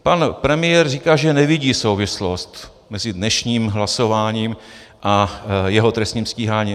Pan premiér říká, že nevidí souvislost mezi dnešním hlasováním a jeho trestním stíháním.